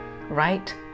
right